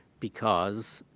because,